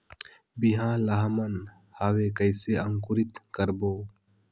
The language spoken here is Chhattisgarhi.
बिहान ला हमन हवे कइसे अंकुरित करबो?